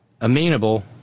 amenable